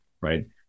right